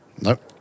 Nope